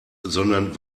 sondern